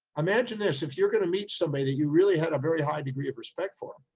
imagine this. if you're going to meet somebody that you really had a very high degree of respect for,